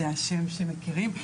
זה השם שמכירים.